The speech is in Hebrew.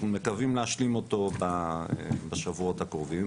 אנחנו מקווים להשלים אותו בשבועות הקרובים,